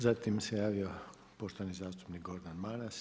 Zatim se javio poštovani zastupnik Gordan Maras.